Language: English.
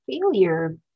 failure